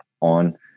on